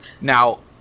Now